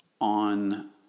On